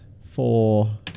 four